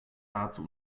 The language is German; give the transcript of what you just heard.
nahezu